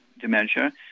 dementia